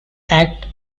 act